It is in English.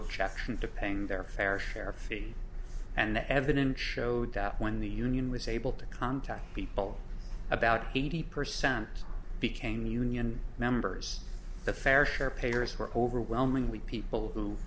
objection to paying their fair share fee and the evidence showed that when the union was able to contact people about eighty percent became union members the fair share payers were overwhelmingly people who